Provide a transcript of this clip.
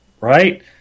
right